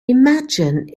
imagine